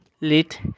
Lit